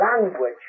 language